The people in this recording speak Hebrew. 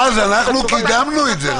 אנחנו קידמנו את זה.